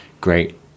great